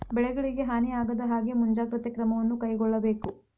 ಬೆಳೆಗಳಿಗೆ ಹಾನಿ ಆಗದಹಾಗೆ ಮುಂಜಾಗ್ರತೆ ಕ್ರಮವನ್ನು ಕೈಗೊಳ್ಳಬೇಕು